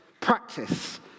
practice